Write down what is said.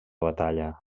batalla